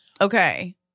Okay